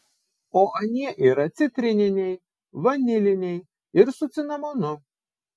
o anie yra citrininiai vaniliniai ir su cinamonu